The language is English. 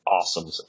awesome